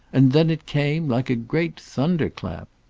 and then it came like a great thunderclap.